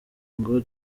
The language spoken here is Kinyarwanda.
ngo